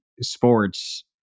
sports